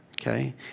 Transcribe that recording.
Okay